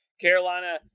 Carolina